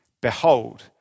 Behold